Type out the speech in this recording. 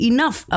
Enough